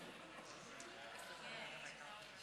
אחמד,